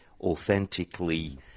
authentically